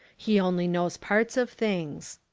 he only knows parts of things.